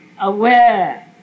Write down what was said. aware